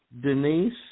Denise